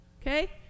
Okay